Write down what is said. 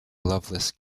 lovelace